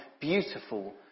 beautiful